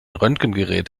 röntgengerät